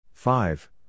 Five